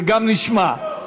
וגם נשמע.